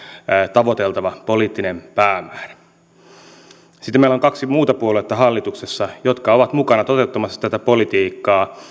tavoiteltava poliittinen päämäärä sitten meillä on hallituksessa kaksi muuta puoluetta jotka ovat mukana toteuttamassa tätä politiikkaa